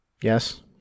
Yes